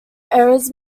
eras